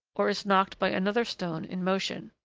or is knocked by another stone in motion.